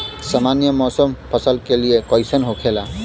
सामान्य मौसम फसल के लिए कईसन होखेला?